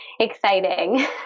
exciting